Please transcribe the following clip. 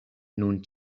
nun